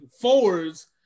forwards